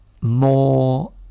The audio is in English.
more